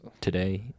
today